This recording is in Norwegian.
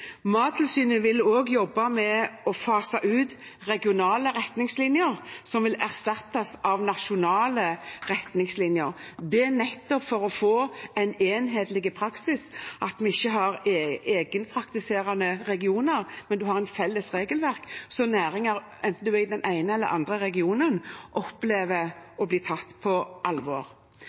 fase ut regionale retningslinjer og erstatte dem med nasjonale retningslinjer. Det er nettopp for å få en enhetlig praksis ved at vi ikke har egenpraktiserende regioner, men et felles regelverk, så næringene – enten en er i den ene eller den andre regionen – opplever å bli tatt på alvor.